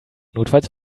notfalls